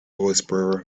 whisperer